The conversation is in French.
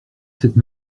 cette